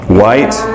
white